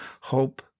hope